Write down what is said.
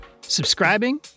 subscribing